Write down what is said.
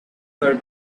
her